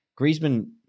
Griezmann